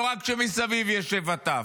לא רק שמסביב ישב הטף,